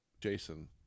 Jason